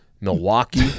Milwaukee